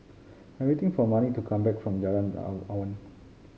I'm waiting for Mannie to come back from Jalan Awan